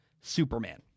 Superman